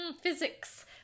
physics